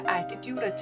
attitude